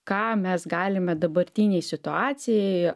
ką mes galime dabartinei situacijai